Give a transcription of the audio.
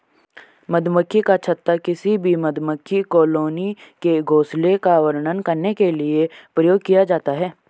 मधुमक्खी का छत्ता किसी भी मधुमक्खी कॉलोनी के घोंसले का वर्णन करने के लिए प्रयोग किया जाता है